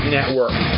Network